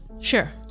Sure